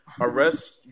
arrest